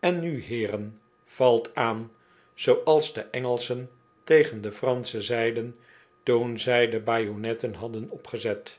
en nu heeren valt aan zooals de engelschen tegen de franschen zeiden toen zij de bajonetten hadden opgezet